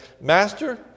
Master